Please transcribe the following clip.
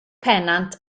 pennant